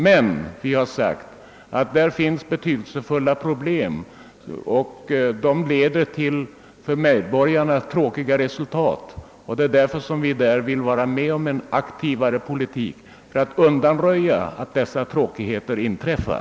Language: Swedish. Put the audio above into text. Vi har dock sagt att det finns betydelsefulla problem, som leder till för medborgarna ogynnsamma resultat. Vi vill vara med om en mera aktiv politik just för att hindra att dessa tråkigheter inträffar.